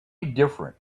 indifferent